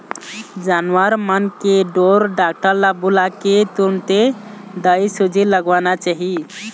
जानवर मन के ढोर डॉक्टर ल बुलाके तुरते दवईसूजी लगवाना चाही